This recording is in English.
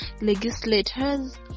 legislators